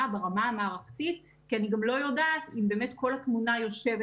וברמה המערכתית כי אני גם לא יודעת אם באמת כל התמונה יושבת